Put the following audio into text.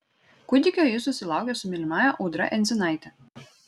kūdikio jis susilaukė su mylimąja audra endzinaite